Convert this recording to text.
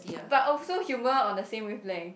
but also humour on the same wavelength